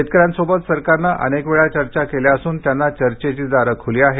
शेतकऱ्यांसोबत सरकारनं अनेकवेळा चर्चा केल्या असून त्यांना चर्चेची दारे खुली आहेत